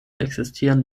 existieren